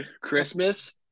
Christmas